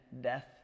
death